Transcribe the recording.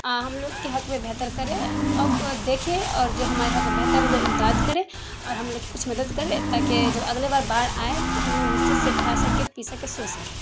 آ ہم لوگ کے حق میں بہتر کرے اور کو دیکھے اور جو ہمارے حق میں بہتر ہے وہ امداد کرے اور ہم لوگ کو کچھ مدد کرے تاکہ جب اگلے بار باڑھ آئے تو ہم لوگ نسچست سے کھا سکے پی سکے سو سکے